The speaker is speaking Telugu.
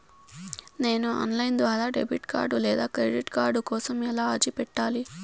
నేను ఆన్ లైను ద్వారా డెబిట్ కార్డు లేదా క్రెడిట్ కార్డు కోసం ఎలా అర్జీ పెట్టాలి?